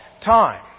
time